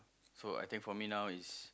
so I think for me now is